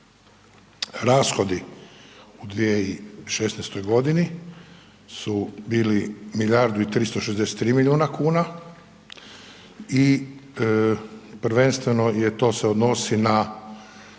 Rashodi u 2016.g. su bili milijardu i 363 milijuna kuna i prvenstveno je to se odnosi na